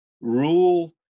Rule